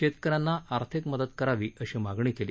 शेतकऱ्यांना आर्थिक मदत करावी अशी मागणी केली